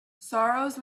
sorrows